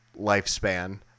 lifespan